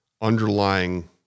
underlying